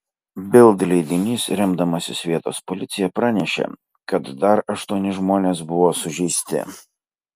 bild leidinys remdamasis vietos policija pranešė kad dar aštuoni žmonės buvo sužeisti